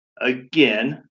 again